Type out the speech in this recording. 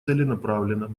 целенаправленно